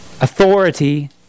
authority